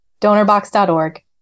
DonorBox.org